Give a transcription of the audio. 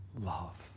love